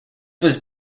was